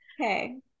Okay